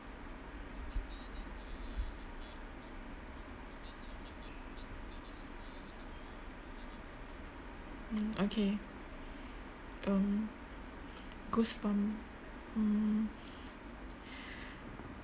mm okay um goosebump mm